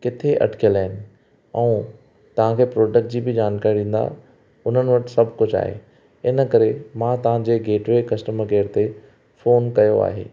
किथे अटकियलु आहिनि ऐं तव्हांखे प्रोडक्ट जी बि जानकारी ॾींदा उन्हनि वटि सभु कुझु आहे हिन करे मां तव्हांजे गेटवे कस्टमर केयर ते फोन कयो आहे